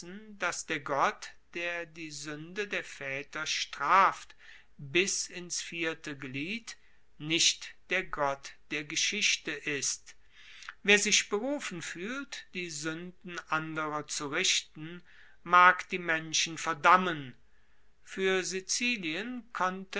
dass der gott der die suende der vaeter straft bis ins vierte glied nicht der gott der geschichte ist wer sich berufen fuehlt die suenden anderer zu richten mag die menschen verdammen fuer sizilien konnte